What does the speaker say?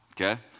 Okay